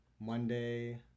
Monday